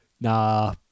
nah